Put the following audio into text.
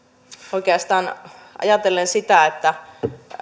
oikeastaan ajatellen sitä että